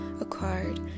acquired